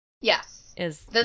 Yes